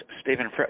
Stephen